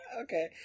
okay